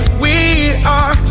we ah